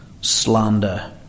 slander